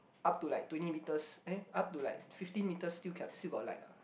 up to like twenty meters eh up to fifteen meters still got light lah